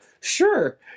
sure